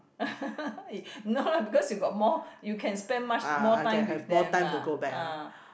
no lah because you got more you can spend much more time with them lah ah